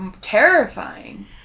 terrifying